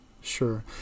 Sure